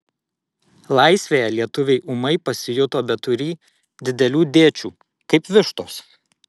laisvėje lietuviai ūmai pasijuto beturį didelių dėčių kaip vištos